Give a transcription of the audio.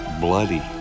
bloody